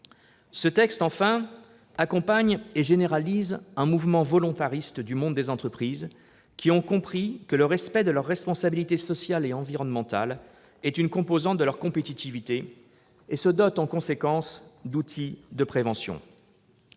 Ce texte, enfin, accompagne et généralise un mouvement volontariste du monde des entreprises, lesquelles, ayant compris que le respect de leur responsabilité sociale et environnementale est une composante de leur compétitivité, se dotent d'outils de prévention.